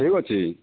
ଠିକ ଅଛି